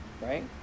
right